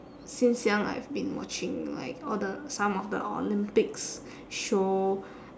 since young I've been watching like all the some of the olympics show